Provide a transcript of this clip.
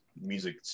music